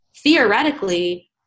Theoretically